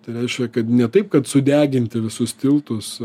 tai reiškia kad ne taip kad sudeginti visus tiltus